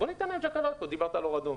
בוא ניתן להם צ'קאלקות דיברת על אור אדום.